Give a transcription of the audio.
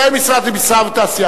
מתאם עם משרד המסחר והתעשייה.